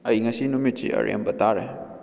ꯑꯩ ꯉꯁꯤ ꯅꯨꯃꯤꯠꯁꯤ ꯑꯔꯦꯝꯕ ꯇꯥꯔꯦ